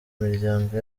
miryango